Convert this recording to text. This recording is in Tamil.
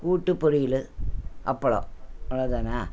கூட்டு பொரியல் அப்பளம் அவ்வளோதானா